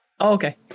okay